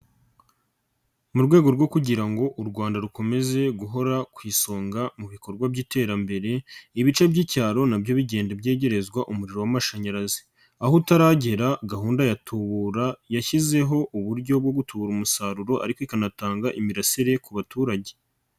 Mu rwego rwo kugira ngo u Rwanda rukomeze guhora ku isonga mu bikorwa by'iterambere, ibice by'icyaro na byo bigenda byegerezwa umuriro w'amashanyarazi, aho utaragera gahunda ya Tubura yashyizeho uburyo bwo gutubura umusaruro ariko ikanatanga imirasire ku baturage.